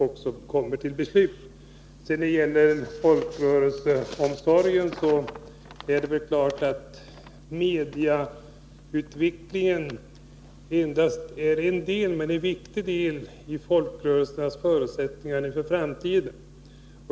När det sedan gäller folkrörelseomsorgen kan man säga att massmedieutvecklingen endast är en del, men en viktig del, i folkrörelsernas förutsättningar inför framtiden.